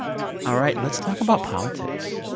all right, let's talk about politics.